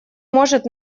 может